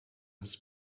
his